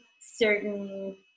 certain